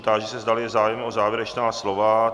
Táži se, zdali je zájem o závěrečná slova.